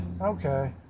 okay